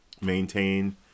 maintain